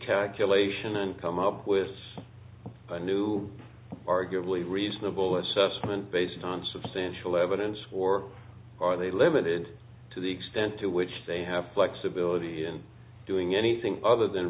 recalculation and come up with a new arguably reasonable assessment based on substantial evidence or are they limited to the extent to which they have flexibility in doing anything other than